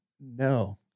no